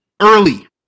early